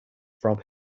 from